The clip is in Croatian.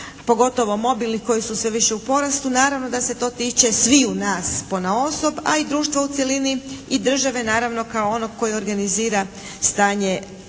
pogotovo mobilnih koji su sve više u porastu naravno da se to tiče sviju nas ponaosob, a i društva u cjelini i države naravno kao onog koji organizira stanje